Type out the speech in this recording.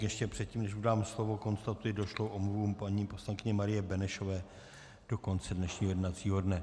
Ještě předtím, než mu dám slovo, konstatuji došlou omluvu paní poslankyně Marie Benešové do konce dnešního jednacího dne.